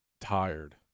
Tired